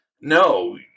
no